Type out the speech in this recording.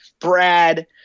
Brad